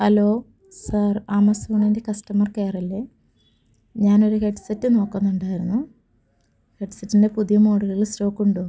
hello sir ആമസോണിൻ്റെ customer care അല്ലേ ഞാനൊരു ഹെഡ് സെറ്റ് നോക്കുന്നുണ്ടായിരുന്നു ഹെഡ് സെറ്റിൻ്റെ പുതിയ മോഡലുകളിൽ സ്റ്റോക്ക് ഉണ്ടോ